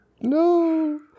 No